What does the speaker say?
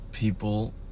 people